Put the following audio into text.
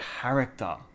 character